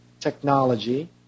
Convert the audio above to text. technology